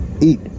Eat